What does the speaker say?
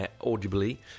audibly